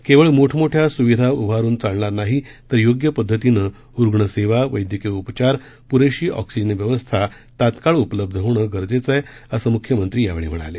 केवळ मोठमोठया सूविधा उभारून चालणार नाही तर योग्य पदधतीनं रुग्ण सेवा वैदयकीय उपचार प्रेशी ऑक्सिजन व्यवस्था तात्काळ उपलब्ध होणं गरजेचं आहे असं मुख्यमंत्री यावेळी म्हणाले